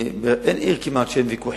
שאילתא מס' 393,